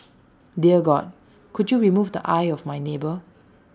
dear God could you remove the eye of my neighbour